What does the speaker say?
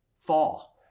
fall